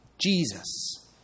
Jesus